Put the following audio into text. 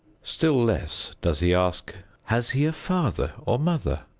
still less does he ask has he a father or mother,